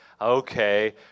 Okay